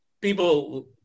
people